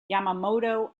yamamoto